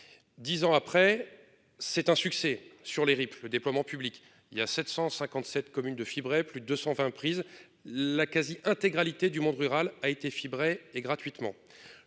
10 ans après, c'est un succès sur les RIP le déploiement public il y a 757 communes de fibrer, plus de 220 prise la quasi intégralité du monde rural a été fibré et gratuitement